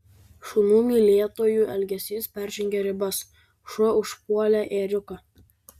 šunų mylėtojų elgesys peržengė ribas šuo užpuolė ėriuką